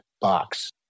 box